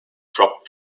dropped